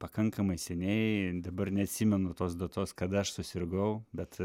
pakankamai seniai dabar neatsimenu tos datos kada aš susirgau bet